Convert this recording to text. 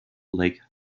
lake